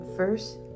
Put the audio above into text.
First